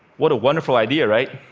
what a wonderful idea, right?